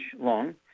long